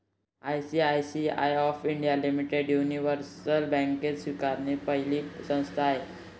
ICICI of India limited ही universal banking स्वीकारणारी पहिली संस्था आहे